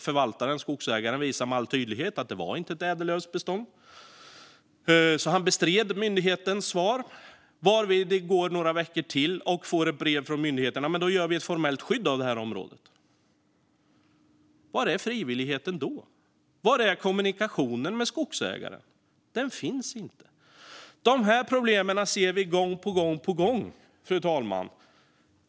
Förvaltaren och skogsägaren kunde tydligt visa att det inte handlade om ett ädellövsbestånd och bestred myndighetens svar - varvid det gick några veckor till, och sedan kom det ett brev från myndigheten om att man ger området formellt skydd. Var är frivilligheten då? Var är kommunikationen med skogsägaren? Den finns inte. Vi ser dessa problem gång på gång, fru talman.